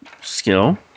skill